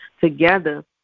together